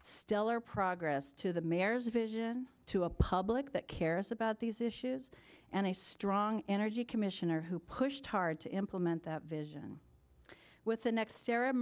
stellar progress to the mayor's vision to a public that cares about these issues and a strong energy commissioner who pushed hard to implement that vision with the next era